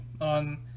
on